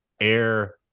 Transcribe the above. Air